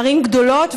ערים גדולות,